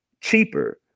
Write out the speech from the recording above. cheaper